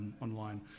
online